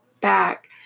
back